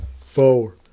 four